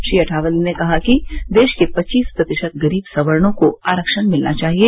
श्री अठावले ने कहा कि देश के पच्चीस प्रतिशत गरीब सवर्णो को आरक्षण मिलना चाहिए